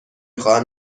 خواهم